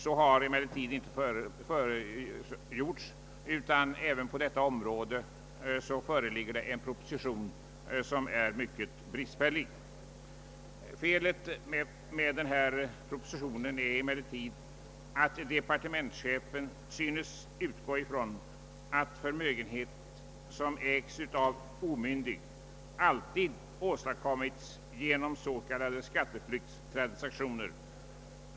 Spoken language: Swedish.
Så har emellertid inte skett, utan även på detta område föreligger en proposition som är mycket bristfällig. Felet med propositionen är att departementschefen synes utgå ifrån att förmögenhet som ägs av omyndig alltid åstadkommits genom s.k. skatteflyktstransaktioner.